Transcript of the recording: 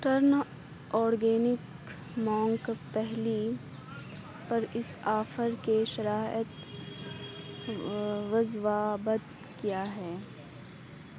turn organic مونک پہلی پر اس آفر کے شرائط و ضوابط کیا ہیں